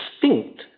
distinct